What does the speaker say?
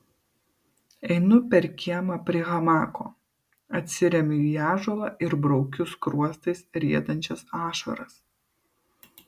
einu per kiemą prie hamako atsiremiu į ąžuolą ir braukiu skruostais riedančias ašaras